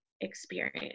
experience